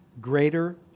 greater